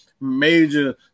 major